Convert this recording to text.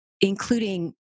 including